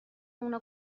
اونا